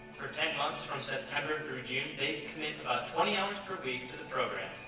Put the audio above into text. for ten months from september through june, they commit about twenty hours per week to the program.